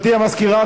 המזכירה,